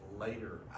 later